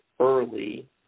early